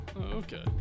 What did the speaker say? Okay